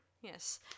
Yes